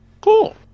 Cool